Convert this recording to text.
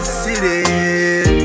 city